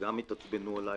וגם התעצבנו עליי,